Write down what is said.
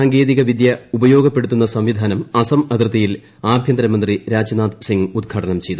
സാങ്കേതിക വിദ്യ ഉപയോഗപ്പെടുത്തുന്ന സംവിധാനം അസം അതിർത്തിയിൽ ആഭ്യന്തരമന്ത്രി രാജ്നാഥ് സിംഗ് ഉദ്ഘാടനം ചെയ്തു